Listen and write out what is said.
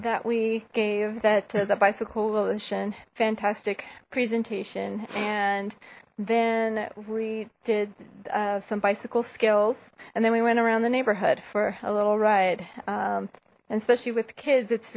that we gave that the bicycle volition fantastic presentation and then we did some bicycle skills and then we went around the neighborhood for a little ride especially with kids it's